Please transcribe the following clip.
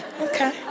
okay